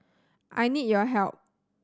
I need your help